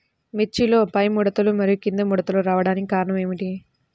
మిర్చిలో పైముడతలు మరియు క్రింది ముడతలు రావడానికి కారణం ఏమిటి?